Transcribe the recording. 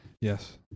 Yes